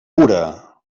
cura